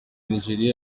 nigeriya